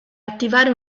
attivare